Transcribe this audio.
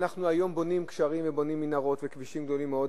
אנחנו בונים היום גשרים ובונים מנהרות וכבישים גדולים מאוד,